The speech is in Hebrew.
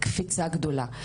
קפיצה גדולה.